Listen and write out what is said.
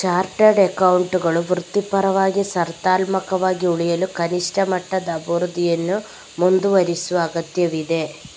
chartered ಅಕೌಂಟೆಂಟುಗಳು ವೃತ್ತಿಪರವಾಗಿ, ಸ್ಪರ್ಧಾತ್ಮಕವಾಗಿ ಉಳಿಯಲು ಕನಿಷ್ಠ ಮಟ್ಟದ ಅಭಿವೃದ್ಧಿಯನ್ನು ಮುಂದುವರೆಸುವ ಅಗತ್ಯವಿದೆ